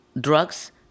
drugs